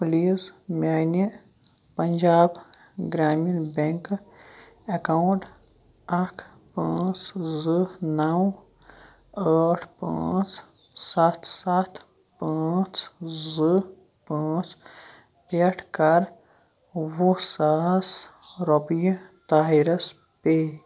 please میانہِ Punjab Gramin bank account اَکھ پانٛژھ زٕ نَو ٲٹھ پانٛژھ سَتھ سَتھ پانٛژھ زٕ پانٛژھ پٮ۪ٹھ کَر وُہ ساس رۄپیہِ طاہِرَس پے